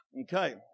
Okay